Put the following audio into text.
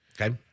Okay